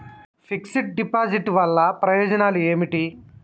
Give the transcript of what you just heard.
Fix డ్ deposit వల్ల ప్రయోజనాలు ఏమిటి?